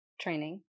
training